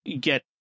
get